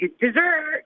dessert